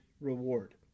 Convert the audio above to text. reward